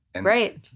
Right